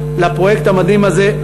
לפרויקט המדהים הזה,